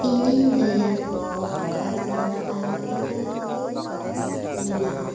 ᱤᱧᱤᱧ ᱞᱟᱹᱭᱟ ᱠᱷᱟᱡᱽᱱᱟ ᱫᱚ ᱟᱭᱢᱟ ᱞᱮᱠᱟᱱᱟᱜ ᱜᱮ ᱢᱮᱱᱟᱜᱼᱟ